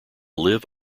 live